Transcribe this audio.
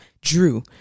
drew